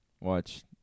Watch